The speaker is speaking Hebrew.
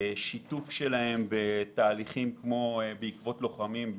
שיתוף שלהן בפרויקט "בעקבות לוחמים"